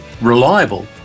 reliable